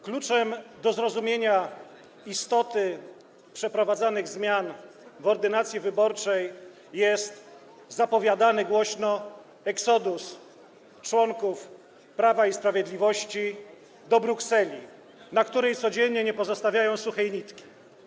Kluczem do zrozumienia istoty przeprowadzanych zmian w ordynacji wyborczej jest zapowiadany głośno exodus członków Prawa i Sprawiedliwości do Brukseli, na której codziennie nie pozostawiają suchej nitki.